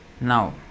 Now